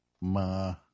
Ma